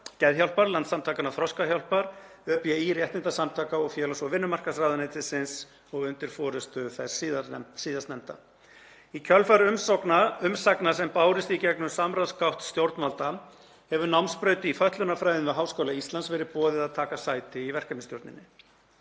Geðhjálpar, Landssamtakanna Þroskahjálpar, ÖBÍ réttindasamtaka og félags- og vinnumarkaðsráðuneytis, undir forystu þess síðastnefnda. Í kjölfar umsagna sem bárust í gegnum samráðsgátt stjórnvalda hefur námsbraut í fötlunarfræðum við Háskóla Íslands verið boðið að taka sæti í verkefnisstjórninni.